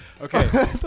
Okay